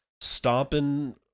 stomping